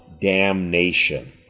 damnation